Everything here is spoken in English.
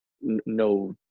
no